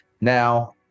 Now